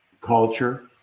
culture